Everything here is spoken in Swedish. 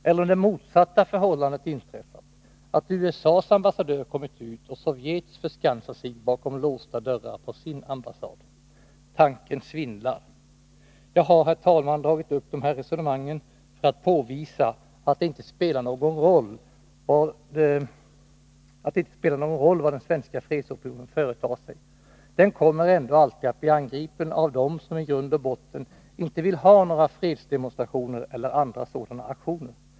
Eller om det motsatta förhållandet inträffat att USA:s ambassadör kommit ut och Sovjets förskansat sig bakom låsta dörrar på sin ambassad? Tanken svindlar. Jag har, herr talman, dragit upp de här resonemangen för att påvisa att det inte spelar någon roll vad den svenska fredsopinionen företar sig. Den kommer ändå alltid att bli angripen av dem som i grund och botten inte vill ha några fredsdemonstrationer eller andra sådana aktioner.